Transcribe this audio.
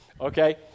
okay